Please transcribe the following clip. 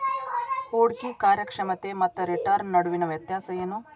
ಹೂಡ್ಕಿ ಕಾರ್ಯಕ್ಷಮತೆ ಮತ್ತ ರಿಟರ್ನ್ ನಡುವಿನ್ ವ್ಯತ್ಯಾಸ ಏನು?